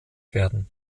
werden